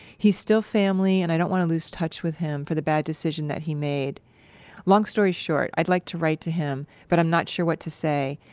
he's still family and i don't want to lose touch with him for the bad decision that he made long story short, i'd like to write to him but i'm not sure what to say.